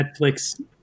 Netflix